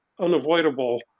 unavoidable